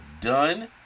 done